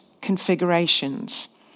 configurations